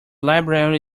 library